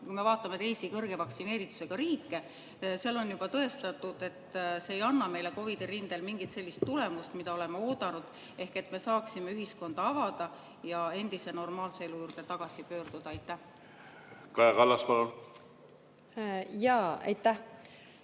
kui me vaatame teisi kõrge vaktsineeritusega riike, on tõestanud, et see ei anna meile COVID‑i rindel mingit sellist tulemust, mida oleme oodanud, et me saaksime ühiskonda avada ja endise normaalse elu juurde tagasi pöörduda? Kaja Kallas, palun! Aitäh!